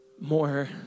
more